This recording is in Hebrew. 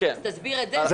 תסביר את זה.